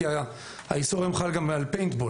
כי האיסור היום חל גם על פיינטבול,